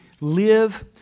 live